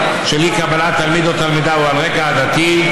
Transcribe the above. אי-קבלת תלמיד או תלמידה הוא על רקע עדתי,